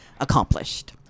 accomplished